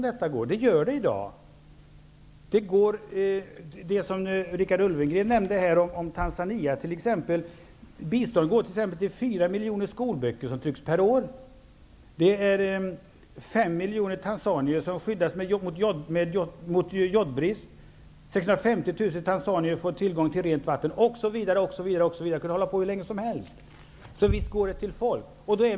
Det gör de i dag. Richard Ulfvengren nämnde t.ex. Tanzania. Biståndet dit går t.ex. till att trycka fyra miljoner skolböcker per år. Fem miljoner tanzanier skyddas mot jodbrist. 650 000 tanzanier får tillgång till rent vatten osv. Jag skulle kunna hålla på hur länge som helst. Så visst går pengarna till folk.